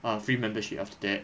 a free membership after that